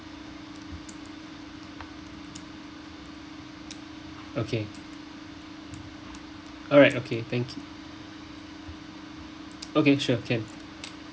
okay alright okay thank you okay sure can